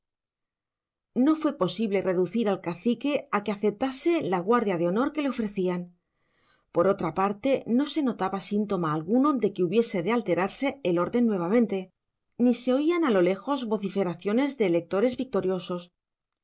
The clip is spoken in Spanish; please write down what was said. no fue posible reducir al cacique a que aceptase la guardia de honor que le ofrecían por otra parte no se notaba síntoma alguno de que hubiese de alterarse el orden nuevamente ni se oían a lo lejos vociferaciones de electores victoriosos